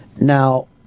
Now